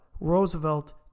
Roosevelt